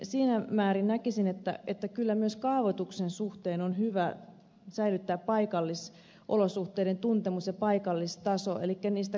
siinä määrin näkisin että kyllä myös kaavoituksen suhteen on hyvä säilyttää paikallisolosuhteiden tuntemus ja paikallistaso